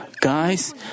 guys